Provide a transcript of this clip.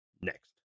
Next